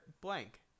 blank